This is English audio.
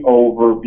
over